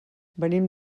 venim